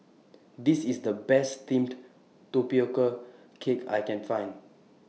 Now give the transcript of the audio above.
This IS The Best Steamed Tapioca Cake I Can Find